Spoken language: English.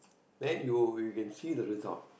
then you will you can see the result